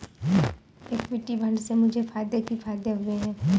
equity fund से मुझे फ़ायदे ही फ़ायदे हुए हैं